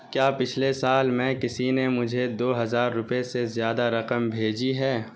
کیا پچھلے سال میں کسی نے مجھے دو ہزار روپئے سے زیادہ رقم بھیجی ہے